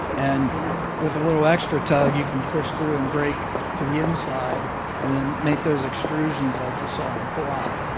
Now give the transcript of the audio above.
and with a little extra tug you can push through and break the inside and um make those extrusions like you saw and pull out.